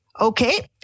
Okay